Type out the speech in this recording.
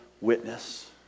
witness